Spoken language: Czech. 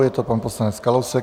Je to pan poslanec Kalousek.